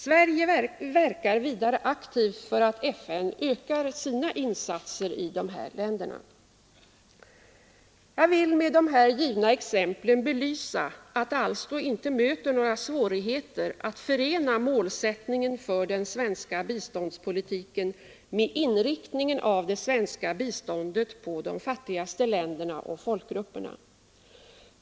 Sverige verkar vidare aktivt för att FN ökar sina insatser i dessa länder. Jag vill med de givna exemplen belysa att det alltså inte möter några svårigheter att förena målsättningen för den svenska biståndspolitiken med inriktningen av det svenska biståndet på de fattigaste länderna och folkgrupperna.